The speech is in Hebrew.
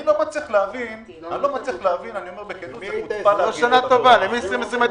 אני לא מצליח להבין --- למי הייתה שנה טובה ב-2020?